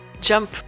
jump